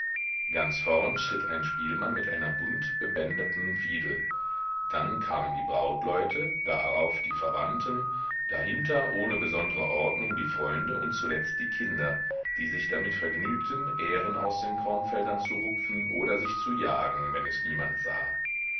ganz vorn schritt ein spielmann mit einer buntbebänderten fiedel dann kamen die brautleute darauf die verwandten dahinter ohne besondre ordnung die freunde und zuletzt die kinder die sich damit vergnügten ähren aus den kornfeldern zu rupfen oder sich zu jagen wenn es niemand sah